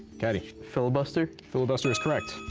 catty? filibuster? filibuster is correct.